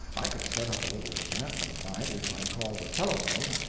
i could set up a little enchantment of mine which i call the telephone,